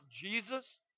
Jesus